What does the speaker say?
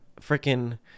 Freaking